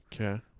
Okay